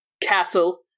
castle